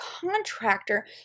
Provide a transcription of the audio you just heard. contractor